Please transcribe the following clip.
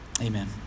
amen